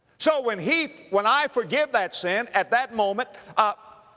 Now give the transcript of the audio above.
so when he, when i forgive that sin, at that moment, ah,